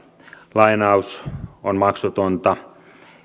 lainaus on maksutonta